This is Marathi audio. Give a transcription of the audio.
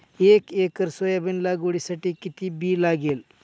एक एकर सोयाबीन लागवडीसाठी किती बी लागेल?